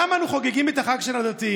למה אנו חוגגים את החג של הדתיים?